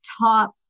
top